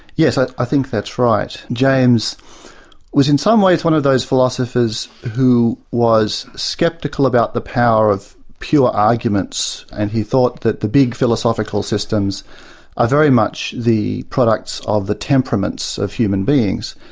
yes, i think that's right. james was in some ways one of those philosophers who was sceptical about the power of pure arguments, and he thought that the big philosophical systems are very much the products of the temperaments of human beings.